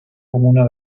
comuna